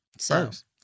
First